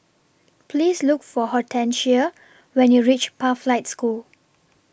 Please Look For Hortencia when YOU REACH Pathlight School